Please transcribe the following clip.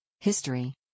History